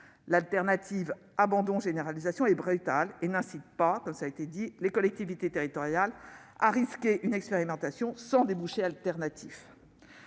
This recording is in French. L'alternative entre abandon et généralisation est brutale et n'incite pas les collectivités territoriales à risquer une expérimentation sans débouchés alternatifs.